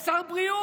יש שר בריאות,